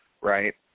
right